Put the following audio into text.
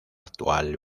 actual